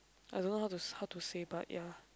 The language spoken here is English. I don't know how to how to say but ya